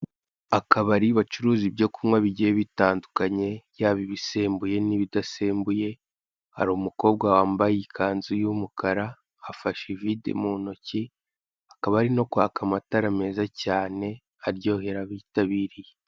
Akabari bacuruza ibyo kunywa bigiye bitandukanye yabi ibisembuye ndetse n'ibidasembuye hari umukobwa wambaye ikanzu y'umukara afashe amavide mu ntoki hakaba hari no kwaka amatara meza cyane aryohera abitabiriye.